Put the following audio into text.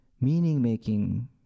meaning-making